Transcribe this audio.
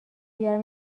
بیارم